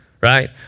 right